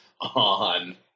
on